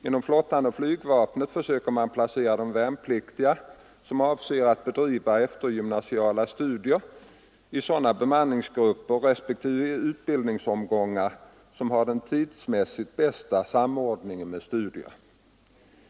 Inom flottan och flygvapnet försöker man placera de värnpliktiga som avser att bedriva eftergymnasiala studier i sådana bemanningsgrupper respektive utbildningsomgångar som har den tidsmässigt bästa samordningen med studier.